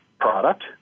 product